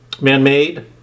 man-made